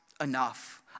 enough